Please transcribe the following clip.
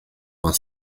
vingt